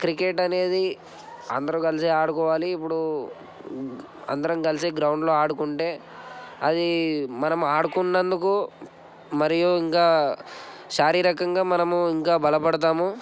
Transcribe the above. cricket అనేది అందరు కలిసి ఆడుకోవాలి ఇప్పుడు అందరం కలిసి గ్రౌండ్లో ఆడుకుంటే అది మనం ఆడుకున్నందుకు మరియు ఇంకా శారీరకంగా మనము ఇంకా బలపడతాము